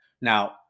Now